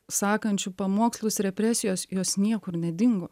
sakančių pamokslus represijos jos niekur nedingo